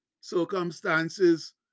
circumstances